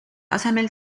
asemel